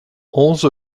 onze